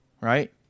right